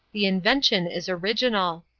the invention is original.